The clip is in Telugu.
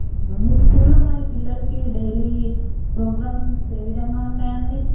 మీ స్కూల్లో మరి పిల్లలకి డైలీ ప్రోగ్రామ్స్ ఏవిధంగా ఉంటాయండి